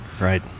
right